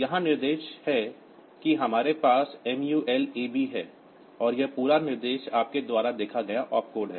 यहाँ निर्देश है कि हमारे पास MUL AB है और यह पूरा निर्देश आपके द्वारा देखा गया औपकोड है